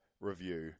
review